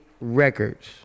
records